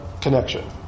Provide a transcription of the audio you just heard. connection